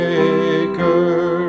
Maker